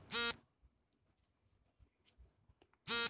ಪ್ರಕೃತಿಯ ಚಳಿಗಾಲದ ಮುನ್ಸೂಚನೆಗಳು ಯಾವುವು?